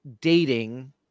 dating